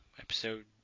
episode